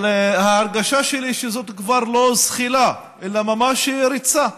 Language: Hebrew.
אבל ההרגשה שלי שזאת כבר לא זחילה אלא ממש ריצה.